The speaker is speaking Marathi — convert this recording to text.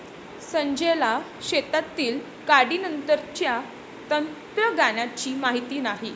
संजयला शेतातील काढणीनंतरच्या तंत्रज्ञानाची माहिती नाही